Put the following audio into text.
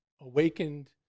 awakened